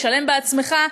לשלם בעצמך,